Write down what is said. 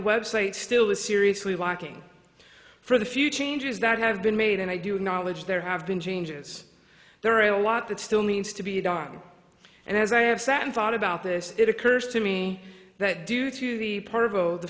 website still is seriously lacking for the few changes that have been made and i do acknowledge there have been changes there are a lot that still needs to be done and as i have sat and thought about this it occurs to me that due to the